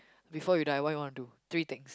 before you die what you want to do three thing